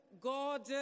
God